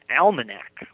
almanac